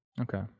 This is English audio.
Okay